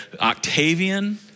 Octavian